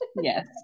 Yes